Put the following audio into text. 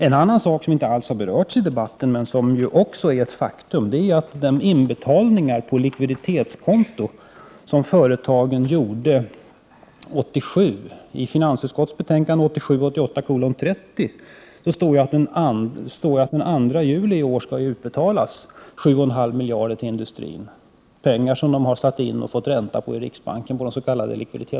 En annan sak, som inte har berörts i debatten, gäller de inbetalningar på likviditetskonto som företagen gjorde 1987. I finansutskottets betänkande 1987/88:30 står ju att den 2 juli i år skall 7,5 miljarder kronor utbetalas till industrin — pengar som industrin har satt in på de s.k. likviditetskontona och fått ränta på i riksbanken.